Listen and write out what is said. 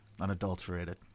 unadulterated